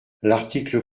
l’article